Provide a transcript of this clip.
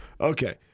Okay